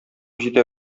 җитә